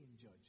judge